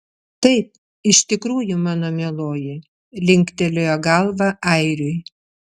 taip iš tikrųjų mano mieloji linktelėjo galva airiui